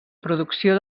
producció